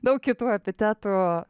daug kitų epitetų